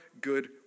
good